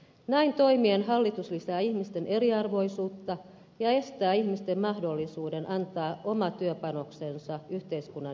näin toimien hallitus lisää ihmisten eriarvoisuutta ja estää ihmisten mahdollisuuden antaa oman työpanoksensa yhteiskunnan hyväksi